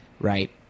Right